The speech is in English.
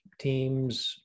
teams